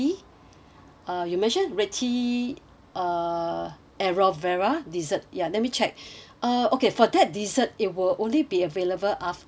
uh you mentioned red tea uh aloe vera dessert ya let me check uh okay for that dessert it will only be available after